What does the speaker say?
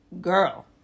Girl